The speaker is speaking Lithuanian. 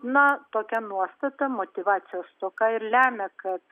na tokia nuostata motyvacijos stoka ir lemia kad